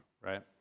right